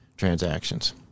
transactions